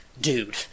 dude